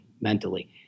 mentally